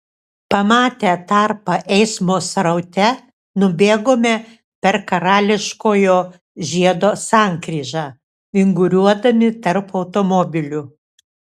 pamatę tarpą eismo sraute nubėgome per karališkojo žiedo sankryžą vinguriuodami tarp automobilių